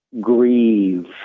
grieve